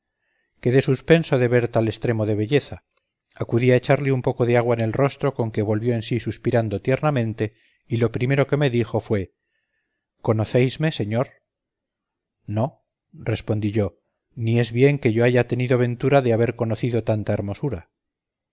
que más quedé suspenso de ver tal estremo de belleza acudí a echarle un poco de agua en el rostro con que volvió en sí suspirando tiernamente y lo primero que me dijo fue conocéisme señor no respondí yo ni es bien que yo haya tenido ventura de haber conocido tanta hermosura